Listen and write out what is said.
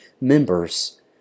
members